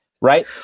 Right